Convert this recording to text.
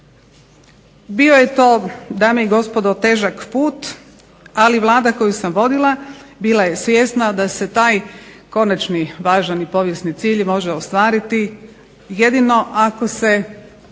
Bio je to dame i gospodo težak put ali Vlada koju sam vodila bila je svjesna da se taj konačni važan i povijesni cilj može ostvariti jedino ako se